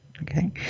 Okay